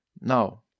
Now